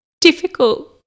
Difficult